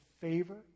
favor